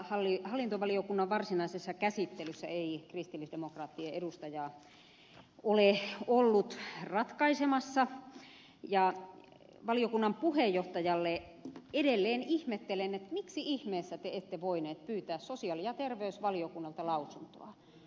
tässä hallintovaliokunnan varsinaisessa käsittelyssä ei kristillisdemokraattien edustajaa ole ollut ratkaisemassa ja valiokunnan puheenjohtajalle edelleen ihmettelen miksi ihmeessä te ette voineet pyytää sosiaali ja terveysvaliokunnalta lausuntoa